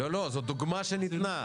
לא, זו דוגמה שניתנה.